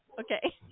Okay